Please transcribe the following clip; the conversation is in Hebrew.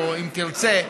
או אם תרצה,